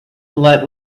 let